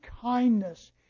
kindness